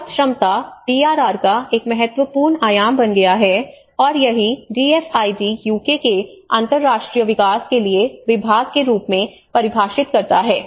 शब्द क्षमता डीआरआर का एक महत्वपूर्ण आयाम बन गया है और यही डीएफआईडी यूके के अंतर्राष्ट्रीय विकास के लिए विभाग के रूप में परिभाषित करता है